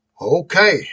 okay